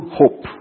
hope